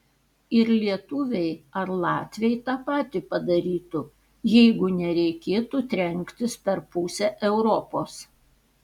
ir lietuviai ar latviai tą patį padarytų jeigu nereikėtų trenktis per pusę europos